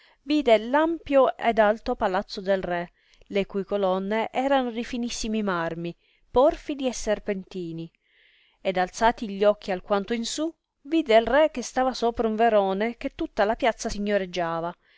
vide l ampio ed alto palazzo del re le cui colonne erano di finissimi marmi porfidi e serpentini ed alzati gli occhi alquanto in su vide il re che stava sopra un verone che tutta la piazza signoreggiava